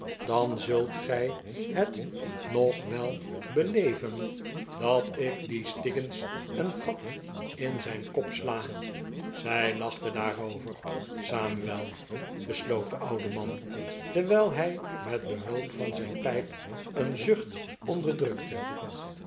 dan zult gij het nog wel beleven dat ik dien stiggins een gat in zijn kop si a zij lachte daarover samuel besloot de oude man terwijl hij met behulp van zijn pijp een zucht onderdrukte